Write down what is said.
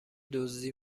دزدی